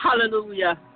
hallelujah